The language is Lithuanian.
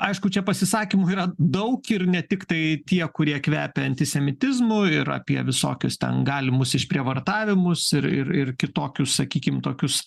aišku čia pasisakymų yra daug ir ne tiktai tie kurie kvepia antisemitizmu ir apie visokius ten galimus išprievartavimus ir ir ir kitokius sakykim tokius